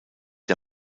der